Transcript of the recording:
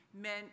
meant